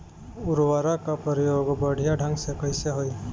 उर्वरक क प्रयोग बढ़िया ढंग से कईसे होई?